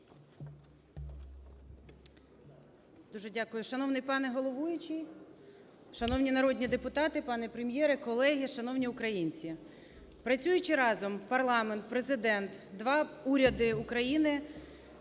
Дуже дякую. Шановний пане головуючий! Шановні народні депутати, пане Прем'єре, колеги, шановні українці! Працюючи разом, парламент, Президент, два уряди України